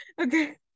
okay